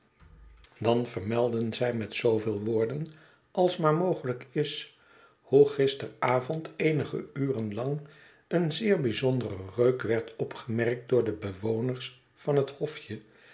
dan vermelden zij met zooveel woorden als maar mogelijk is hoe gisteravond eenige uren lang een zeer bijzondere reuk werd opgemerkt door de bewoners van het hofje